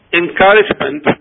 encouragement